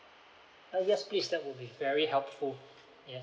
oh yes please that would be very helpful yes